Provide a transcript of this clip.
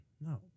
No